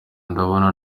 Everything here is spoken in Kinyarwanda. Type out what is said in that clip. ndabona